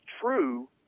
true